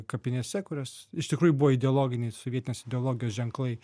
kapinėse kurios iš tikrųjų buvo ideologiniai sovietinės ideologijos ženklai